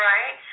Right